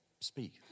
speak